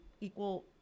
equal